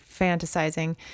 fantasizing